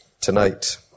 tonight